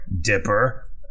Dipper